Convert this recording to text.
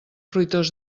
fruitós